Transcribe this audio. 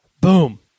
Boom